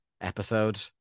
episode